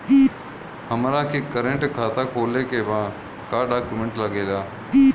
हमारा के करेंट खाता खोले के बा का डॉक्यूमेंट लागेला?